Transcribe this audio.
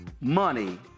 Money